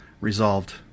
resolved